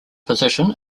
position